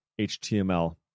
HTML